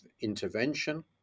intervention